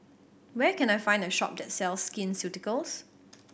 where can I find a shop that sells Skin Ceuticals